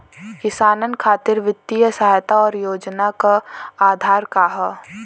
किसानन खातिर वित्तीय सहायता और योजना क आधार का ह?